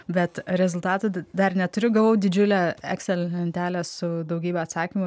bet rezultatų dar neturiu gavau didžiulę excel lentelę su daugybe atsakymų